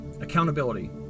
Accountability